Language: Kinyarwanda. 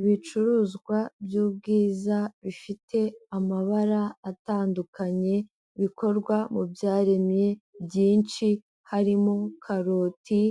Ibicuruzwa by'ubwiza bifite amabara atandukanye bikorwa mu byaremwe byinshi harimo karoti,